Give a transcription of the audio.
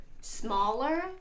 smaller